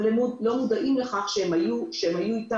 אבל הם לא מודעים לכך שהם היו איתם